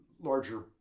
larger